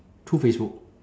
through facebook